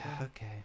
okay